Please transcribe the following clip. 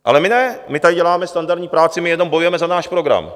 Ale my ne, my tady děláme standardní práci, my jenom bojujeme za náš program.